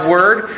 Word